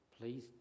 Please